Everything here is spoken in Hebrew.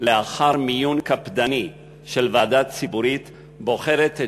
לאחר מיון קפדני של ועדה ציבורית בוחרת את